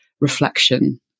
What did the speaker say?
reflection